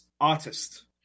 artist